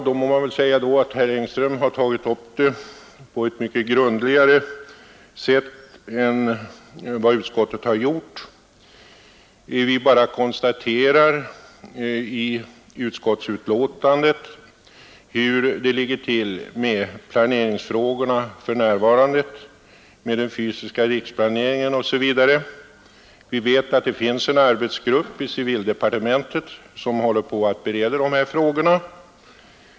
Då må man väl säga att herr Engström tagit upp frågan på ett mycket grundligare sätt än vad utskottet gjort. I utskottets betänkande konstaterar vi bara hur det för närvarande ligger till med planeringsfrågorna och med den fysiska riksplaneringen. Vi vet att det i civildepartementet finns en arbetsgrupp som håller på och bereder dessa frågor.